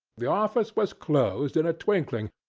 the office was closed in a twinkling,